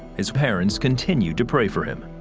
his parents continued to pray for him.